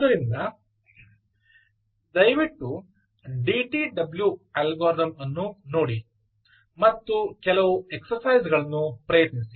ಆದ್ದರಿಂದ ದಯವಿಟ್ಟು DTW algorithm ಅನ್ನು ನೋಡಿ ಮತ್ತು ಕೆಲವು ಎಕ್ಸರ್ಸೈಜ್ ಗಳನ್ನು ಪ್ರಯತ್ನಿಸಿ